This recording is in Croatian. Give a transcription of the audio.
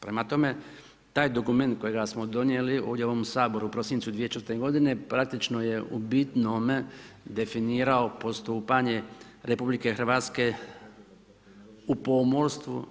Prema tome, taj dokument kojega smo donijeli ovdje u ovome Saboru u prosincu 2014. g. praktično je u bitnome definirao postupanje RH u pomorstvu,